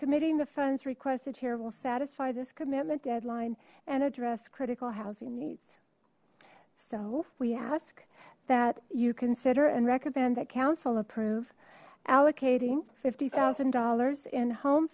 committing the funds requested here will satisfy this commitment deadline and address critical housing needs so we ask that you consider and recommend that council approve allocating fifty thousand dollars in home